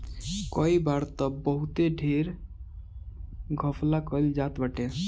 कई बार तअ बहुते ढेर घपला कईल जात बाटे